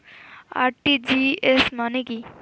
RTGS মানে কি?